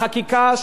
את הישיבות,